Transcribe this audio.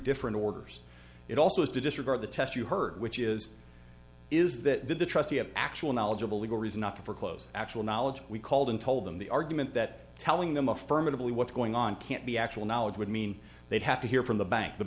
different orders it also has to disregard the test you heard which is is that did the trustee have actual knowledge of a legal reason not to foreclose actual knowledge we called and told them the argument that telling them affirmatively what's going on can't be actual knowledge would mean they'd have to hear from the bank the